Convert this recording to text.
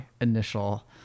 initial